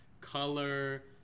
color